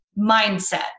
mindset